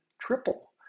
triple